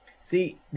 See